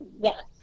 Yes